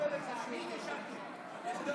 בקנביס היית שלישי, ונתתי לך.